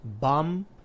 bum